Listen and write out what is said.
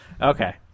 Okay